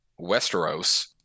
Westeros